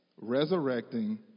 resurrecting